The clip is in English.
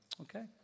okay